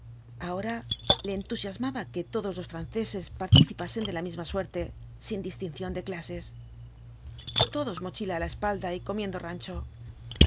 ahora le entusiasmaba que todos los franceses participasen de la misma suerte sin distinción de clases todos mochila á la espalda y comiendo rancho